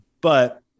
but-